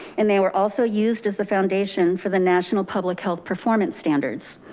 and they were also used as the foundation for the national public health performance standards.